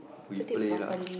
we play lah